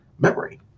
Memory